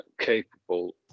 capable